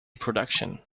production